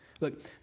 Look